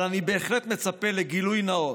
אבל אני בהחלט מצפה לגילוי נאות,